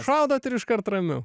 šaudot ir iškart ramiau